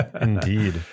indeed